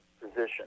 position